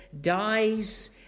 dies